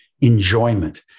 enjoyment